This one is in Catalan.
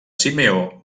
simeó